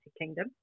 Kingdom